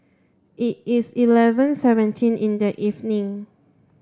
it is eleven seventeen in the evening